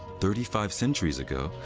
thirty five centuries ago,